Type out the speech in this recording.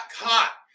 caught